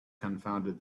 confounded